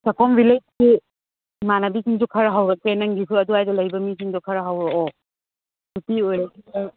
ꯁꯀꯣꯝ ꯕꯤꯜꯂꯦꯖꯀꯤ ꯏꯃꯥꯟꯅꯕꯤꯁꯤꯡꯁꯨ ꯈꯔ ꯍꯧꯔꯛꯀꯦ ꯅꯪꯒꯤꯁꯨ ꯑꯗꯨꯋꯥꯏꯗ ꯂꯩꯕ ꯃꯤꯁꯤꯡꯗꯣ ꯈꯔ ꯍꯧꯔꯛꯑꯣ ꯅꯨꯄꯤ ꯑꯣꯏꯔꯁꯨ ꯌꯥꯏ